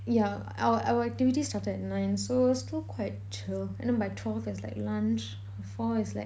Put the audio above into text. yeah our our activity started at nine so still quite chill and then by twelve is like lunch four is like